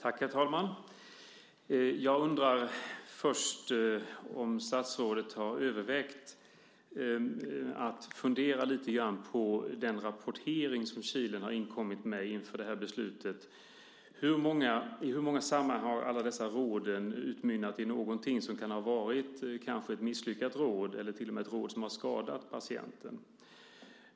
Herr talman! Jag undrar först om statsrådet har övervägt att fundera lite grann på den rapportering som Kilen har inkommit med inför det här beslutet. I hur många sammanhang har alla dessa råd utmynnat i någonting som kanske kan ha varit ett misslyckat råd eller till och med ett råd som har skadat patienten?